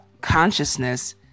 consciousness